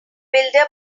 builder